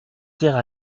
terre